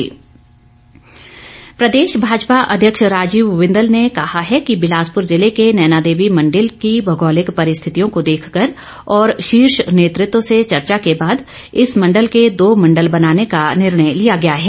बिंदल प्रदेश भाजपा अध्यक्ष राजीव बिंदल ने कहा है कि बिलासपुर जिले के नैनादेवी मंडल की भोगौलिक परिस्थितियों को देखकर और शीर्ष नेतृत्व से चर्चा के बाद इस मंडल के दो मंडल बनाने का निर्णय लिया गया है